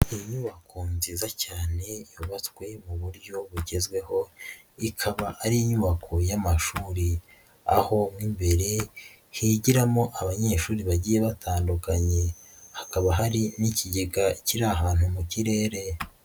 Inyubako nziza cyane yubatswe mu buryo bugezweho, ikaba ari inyubako y'amashuri aho mo imbere higiramo abanyeshuri bagiye batandukanye, hakaba hari n'ikigega kiri ahantu mu kirere.